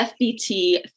FBT